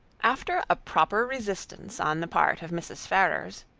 after a proper resistance on the part of mrs. ferrars,